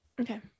Okay